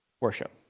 Worship